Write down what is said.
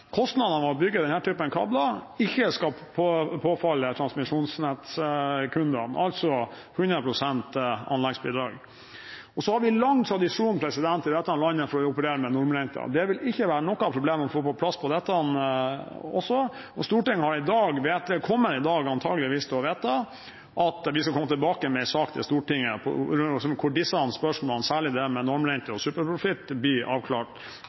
kostnadene ved å bygge denne typen kabler ikke skal påfalle transmisjonsnettkundene – altså 100 pst. anleggsbidrag. Vi har lang tradisjon i dette landet for å operere med normrente. Det vil ikke være noe problem å få på plass på dette også, og Stortinget kommer i dag antageligvis til å vedta at vi skal komme tilbake med en sak til Stortinget hvor disse spørsmålene, særlig dette med normrente og superprofitt, blir avklart.